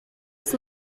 ist